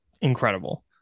incredible